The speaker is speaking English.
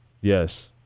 Yes